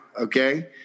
Okay